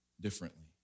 differently